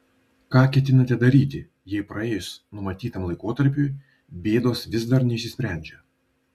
ką ketinate daryti jei praėjus numatytam laikotarpiui bėdos vis dar neišsisprendžia